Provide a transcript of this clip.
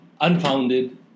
unfounded